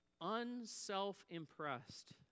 unself-impressed